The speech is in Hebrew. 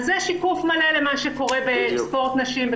אז זה שיקוף מלא למה שקורה בספורט נשים,